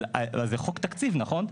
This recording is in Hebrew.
וזה חוק תקציב, נכון?